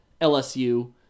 LSU